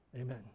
Amen